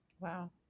Wow